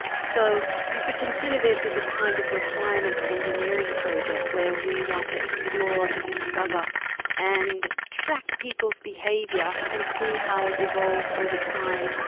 so you could consider this as a kind of requirements engineering project, where we want to explore and discover and track people's behaviour and see how it evolves over time.